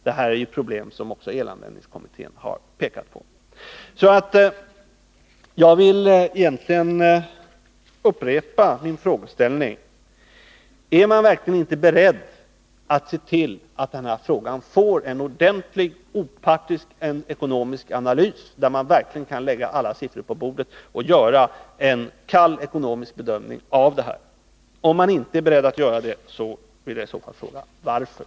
Detta är ju problem som också elanvändningskommittén har pekat på. Jag vill egentligen upprepa min fråga: Är man verkligen inte beredd att se till att denna fråga blir föremål för en ordentlig, opartisk ekonomisk analys, där man verkligen kan lägga alla siffror på bordet och göra en kall ekonomisk bedömning av det hela? Om man inte är beredd att göra det, blir i så fall frågan: Varför?